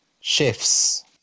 shifts